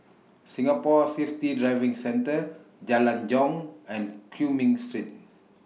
Singapore Safety Driving Centre Jalan Jong and Cumming Street